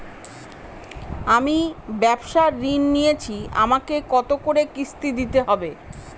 আমি ব্যবসার ঋণ নিয়েছি আমাকে কত করে কিস্তি দিতে হবে?